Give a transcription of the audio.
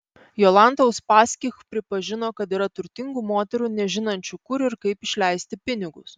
jolanta uspaskich pripažino kad yra turtingų moterų nežinančių kur ir kaip išleisti pinigus